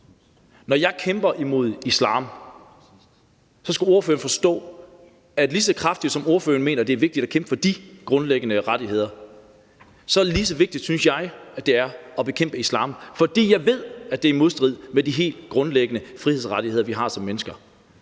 Når jeg kæmper imod islam, skal ordføreren forstå, at lige så kraftigt, som ordføreren mener det er vigtigt at kæmpe for de grundlæggende rettigheder, lige så vigtigt er det, synes jeg, at bekæmpe islam, fordi jeg ved, at det er i modstrid med de helt grundlæggende frihedsrettigheder, vi har som mennesker.